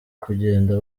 kugenda